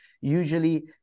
usually